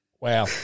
Wow